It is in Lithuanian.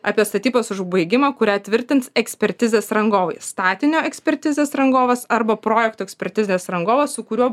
apie statybos užbaigimą kurią tvirtins ekspertizės rangovai statinio ekspertizės rangovas arba projekto ekspertizės rangovas su kuriuo